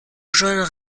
john